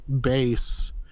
base